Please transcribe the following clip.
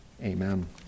Amen